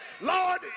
Lord